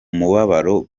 mubabaro